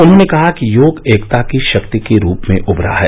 उन्होंने कहा कि योग एकता की शक्ति के रूप में उभरा है